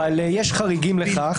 אבל יש חריגים לכך.